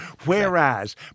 Whereas